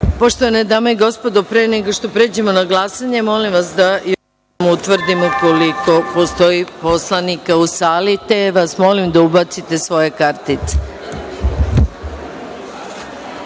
Poštovane dame i gospodo, pre nego što pređemo na glasanje, molim vas da utvrdimo koliko je poslanika u sali. Molim vas da ubacite svoje